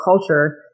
culture